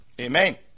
Amen